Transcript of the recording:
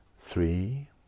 three